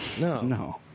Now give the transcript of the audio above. No